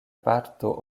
parto